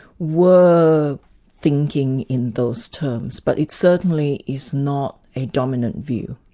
were thinking in those terms. but it certainly is not a dominant view.